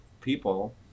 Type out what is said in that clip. people